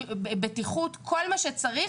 בטיחות וכל מה שצריך.